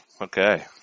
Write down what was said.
Okay